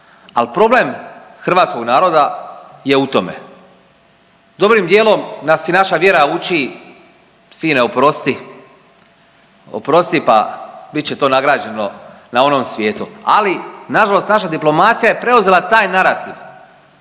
al problem hrvatskog naroda je u tome. Dobrim dijelom nas i naša vjera uči sine oprosti, oprosti pa bit će to nagrađeno na onom svijetu, ali nažalost naša diplomacija je preuzela taj narativ,